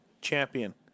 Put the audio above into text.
champion